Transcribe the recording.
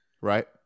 Right